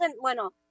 bueno